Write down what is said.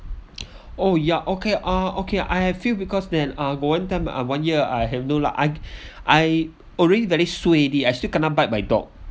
oh ya okay uh okay I have feel because then uh got one time uh one year I have no luck I I already very suay already I still kena bite by dog